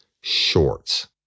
shorts